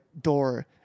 door